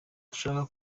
dushaka